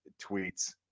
Tweets